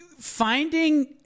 Finding